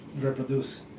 reproduce